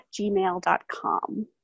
gmail.com